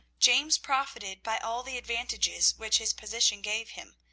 james profited by all the advantages which his position gave him,